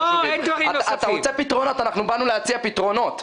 אתה רוצה פתרונות, באנו להציע פתרונות.